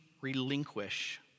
relinquish